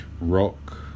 rock